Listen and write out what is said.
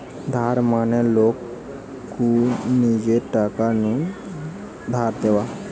ধার মানে লোক কু নিজের টাকা নু টাকা ধার দেওয়া